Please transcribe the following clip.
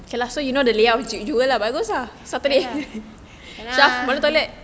ya lah ya lah